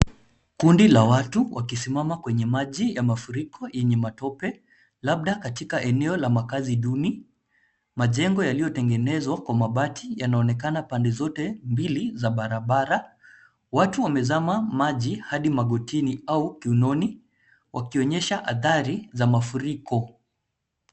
Kundi la watu wakisimama kwenye maji ya mafuriko yenye matope, labda katika eneo ya makazi duni. Majengo yaliotengenezwa na mabati yanaonekana pande zote mbili za barabara, Watu wamezama maji adi magotini au kiunoni, wakionyesha adhari za mafuriko.